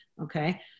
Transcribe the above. okay